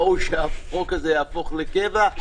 ראוי שהחוק הזה יהפוך לקבע,